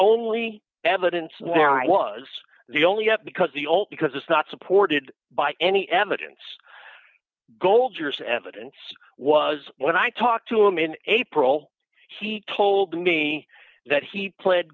only evidence was the only up because the old because it's not supported by any evidence gold years evidence was when i talked to him in april he told me that he pled